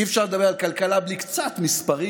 אי-אפשר לדבר על כלכלה בלי קצת מספרים,